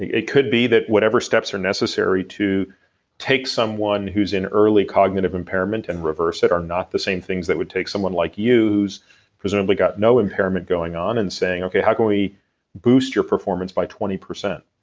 it could be that whatever steps are necessary to take someone who's in early cognitive impairment and reverse it are not the same things that would take someone like you, who's presumably got no impairment going on, and saying, okay, how can we boost your performance by twenty percent?